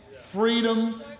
freedom